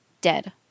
dead